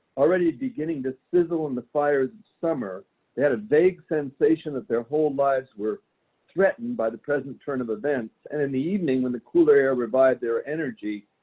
already beginning to sizzle in the fires of summer. they had a vague sensation that their whole lives were threatened by the present turn of events. and in the evening when the cooler air revived their energy,